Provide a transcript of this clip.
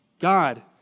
God